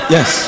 Yes